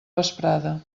vesprada